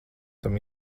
tam